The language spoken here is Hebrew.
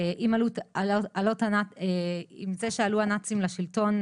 ויחד עם עליית הנאצים לשלטון,